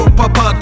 papa